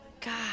God